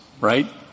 right